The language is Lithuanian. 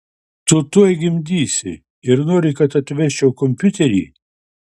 tu tuoj gimdysi ir nori kad atvežčiau kompiuterį